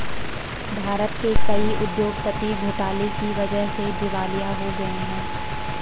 भारत के कई उद्योगपति घोटाले की वजह से दिवालिया हो गए हैं